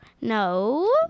No